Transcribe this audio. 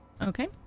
Okay